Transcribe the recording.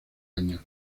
años